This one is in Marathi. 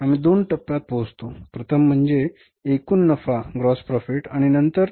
आम्ही दोन टप्प्यांत पोहोचलो प्रथम म्हणजे एकूण नफा शोधायचा